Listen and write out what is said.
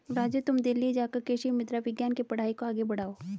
राजू तुम दिल्ली जाकर कृषि मृदा विज्ञान के पढ़ाई को आगे बढ़ाओ